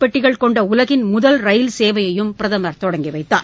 பெட்டிகள் கொண்ட உலகின் முதல் ரயில் சேவையையும் பிரதமர் தொடங்கி வைத்தார்